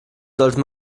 sollte